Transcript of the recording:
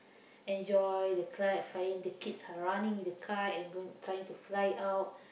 enjoy the kite flying the kids are running with the kite and going trying to fly it out